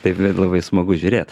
tai labai smagu žiūrėt